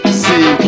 see